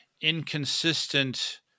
inconsistent